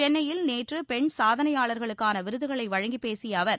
சென்னையில் நேற்று பெண் சாதனையாளர்களுக்கான விருதுகளை வழங்கிப் பேசிய அவர்